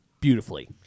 beautifully